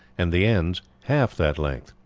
and the ends half that length.